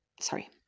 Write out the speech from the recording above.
sorry